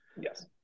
Yes